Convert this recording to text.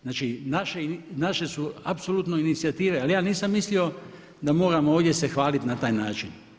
Znači naše su apsolutno inicijative, ali ja nisam mislio da moramo ovdje se hvaliti na taj način.